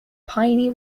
piney